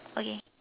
okay